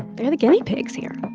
they're the guinea pigs here